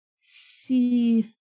see